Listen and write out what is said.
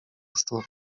szczur